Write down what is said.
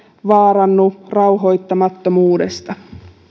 vaarannu rauhoittamattomuudesta